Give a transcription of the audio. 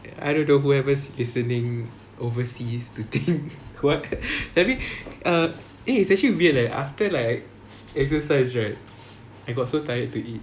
I don't know whoever's listening overseas to think [what] tapi eh it's actually weird leh after like exercise right I got so tired to eat